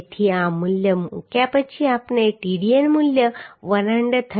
તેથી આ મૂલ્ય મૂક્યા પછી આપણે Tdn મૂલ્ય 113